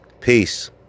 Peace